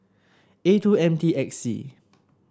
A two M T X C